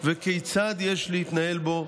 וכיצד יש להתנהל בו,